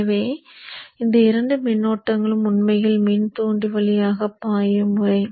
எனவே இந்த 2 மின்னோட்டங்களும் உண்மையில் மின்தூண்டி வழியாக பாயும் முறை